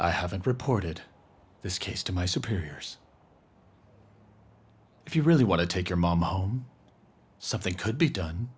i haven't reported this case to my superiors if you really want to take your mama something could be done